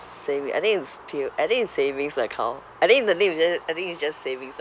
savi~ I think is P_O~ I think is savings account I think the name is ju~ I think it's just savings